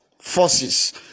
forces